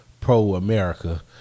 Pro-America